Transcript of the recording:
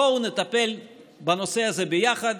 בואו נטפל בנושא הזה ביחד,